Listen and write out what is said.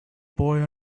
boy